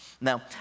Now